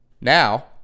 Now